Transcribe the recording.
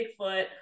Bigfoot